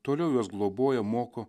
toliau juos globoja moko